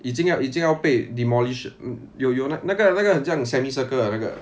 已经要已经要被 demolish 有有那那个那个很像 semicircle 的那个